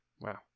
Wow